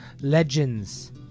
legends